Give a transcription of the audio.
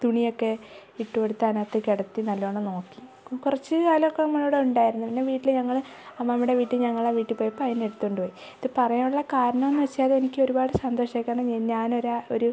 തുണിയൊക്കെ ഇട്ടു കൊടുത്ത് അതിനകത്ത് കിടത്തി നല്ലോണം നോക്കി കുറച്ച് കാലമൊക്കെ നമ്മുടെ കൂടെ ഉണ്ടായിരുന്നു പിന്നെ വീട്ടിൽ ഞങ്ങൾ അമ്മാമ്മേടെ വീട്ടിൽ ഞങ്ങൾ വീട്ടിൽ പോയപ്പോൾ അതിനെ എടുത്തോണ്ട് പോയി ഇത് പറയാനുള്ള കാരണം എന്നു വെച്ചാൽ എനിക്കൊരുപാട് സന്തോഷമായി കാരണം ഞാനൊരു ഒരു